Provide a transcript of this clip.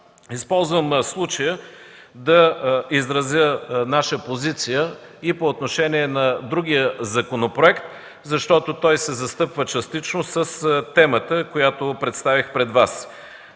Използвам случая да изразя наша позиция и по отношение на другия законопроект, защото той се застъпва частично с темата, която представих пред Вас.